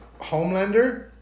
Homelander